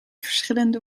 verschillende